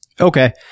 Okay